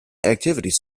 activities